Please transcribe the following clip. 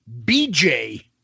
BJ